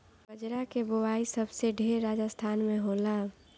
बजरा के बोआई सबसे ढेर राजस्थान में होला